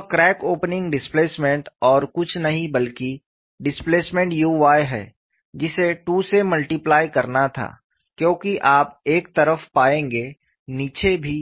वह crack opening displacement और कुछ नहीं बल्कि डिस्प्लेसमेंट u y है जिसे 2 से मल्टीप्लय करना था क्योंकि आप एक तरफ पाएंगे नीचे भी